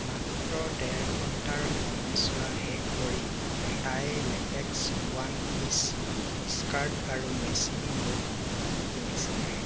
মাত্ৰ ডেৰ ঘণ্টাৰ সময়ছোৱা শেষ কৰি তাই লেটেক্স ৱান পিছ স্কাৰ্ট আৰু মেচিং বুট পিন্ধিছে